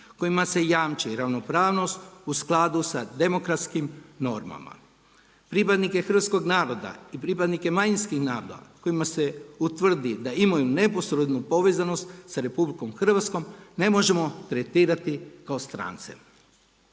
kojima se jamči ravnopravnost u skladu sa demokratskim normama. Pripadnike hrvatskoga naroda i pripadnike manjinskih naroda, kojima se utvrdi da imaju neposrednu povezanost sa RH ne možemo tretirati kao strance.